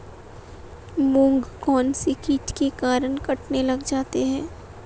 मूंग कौनसे कीट के कारण कटने लग जाते हैं?